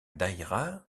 daïra